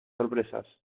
sorpresas